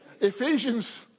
Ephesians